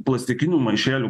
plastikinių maišelių